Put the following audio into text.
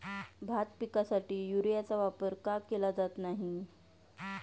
भात पिकासाठी युरियाचा वापर का केला जात नाही?